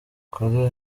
kuri